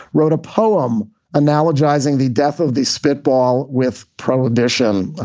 wrote a poem analogizing the death of the spitball with prohibition.